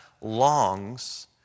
longs